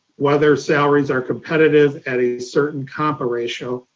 whether salaries are competitive at a certain compa ratio.